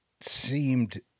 seemed